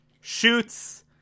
shoots